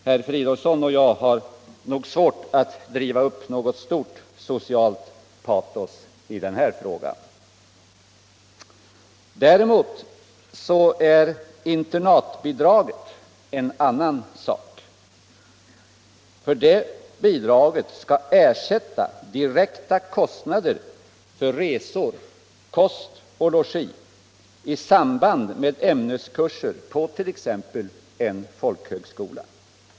Herr Fridolfsson och jag har nog svårt att driva upp något stort socialt patos i den här frågan. Däremot är internatbidraget en annan sak. Det bidraget skall ersätta direkta kostnader för resor, kost och logi i samband med ämneskurser t.ex. på en folkhögskola.